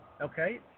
okay